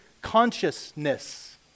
consciousness